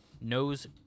knows